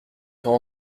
quand